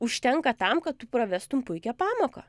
užtenka tam kad tu pravestum puikią pamoką